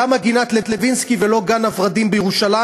למה גינת-לוינסקי ולא גן-הוורדים בירושלים